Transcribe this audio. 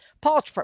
Paul